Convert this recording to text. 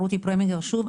רותי פרמינגר שוב.